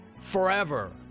forever